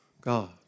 God